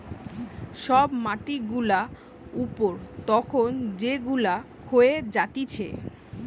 সব মাটি গুলা উপর তখন যেগুলা ক্ষয়ে যাতিছে